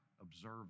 observe